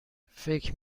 فکر